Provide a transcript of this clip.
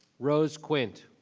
rose quint.